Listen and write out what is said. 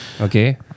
Okay